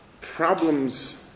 problems